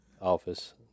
office